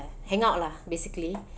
hang out lah basically